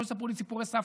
שלא יספרו לי סיפורי סבתא,